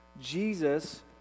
Jesus